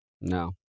No